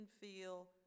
feel